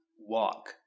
walk